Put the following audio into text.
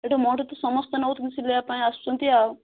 ଏଇଠି ମୋଠୁ ତ ସମସ୍ତେ ନେଉଛନ୍ତି ସିଲେଇଆ ପାଇଁ ଆସୁଛନ୍ତି ଆଉ